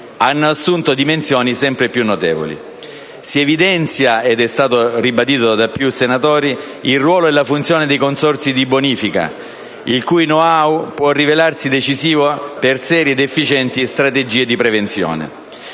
hanno assunto dimensioni sempre più notevoli. Si evidenzia, come è stato ribadito da più senatori, il ruolo e la funzione dei consorzi di bonifica, il cui *know-how* può rivelarsi decisivo per serie ed efficienti strategie di prevenzione.